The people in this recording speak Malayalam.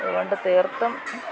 അതുകൊണ്ട് തീർത്തും